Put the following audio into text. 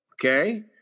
Okay